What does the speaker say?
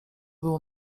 było